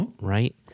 right